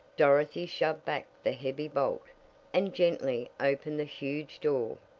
dorothy shoved back the heavy bolt and gently opened the huge door.